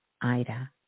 Ida